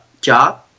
job